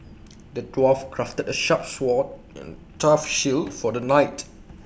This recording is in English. the dwarf crafted A sharp sword and tough shield for the knight